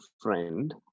friend